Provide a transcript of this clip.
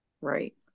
Right